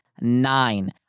Nine